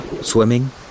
swimming